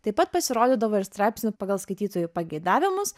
taip pat pasirodydavo ir straipsnių pagal skaitytojų pageidavimus